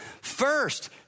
First